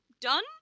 done